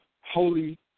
Holy